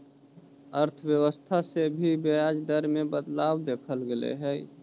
अर्थव्यवस्था से भी ब्याज दर में बदलाव देखल गेले हइ